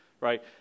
right